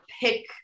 pick